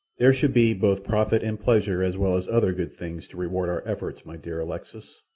there should be both profit and pleasure as well as other good things to reward our efforts, my dear alexis.